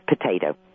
potato